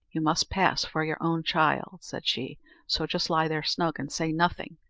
you must pass for your own child, said she so just lie there snug, and say nothing,